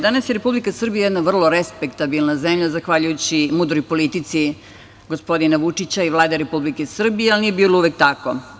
Danas je Republika Srbija jedna vrlo respektabilna zemlja zahvaljujući mudroj politici gospodina Vučića i Vlade Republike Srbije, ali nije bilo uvek tako.